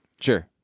Sure